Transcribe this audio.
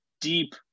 deep